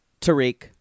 Tariq